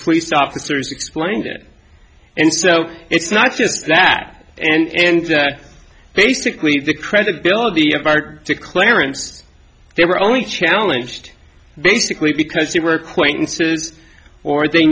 police officers explained it and so it's not just that and that basically the credibility of art to clarence they were only challenged basically because they were acquaintances or they